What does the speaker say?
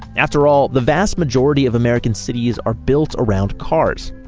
after all, the vast majority of american cities are built around cars,